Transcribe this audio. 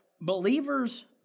believers